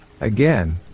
Again